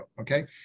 okay